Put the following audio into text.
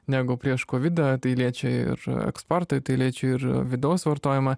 negu prieš kovidą tai liečia ir eksportą tai liečia ir vidaus vartojimą